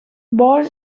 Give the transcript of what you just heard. born